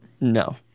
no